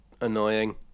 annoying